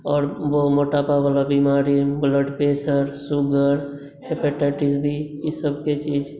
आओर मोटापा वला बिमारी ब्लडप्रेसर सूगर हेपिटाइटिस बी ई सभ के चीज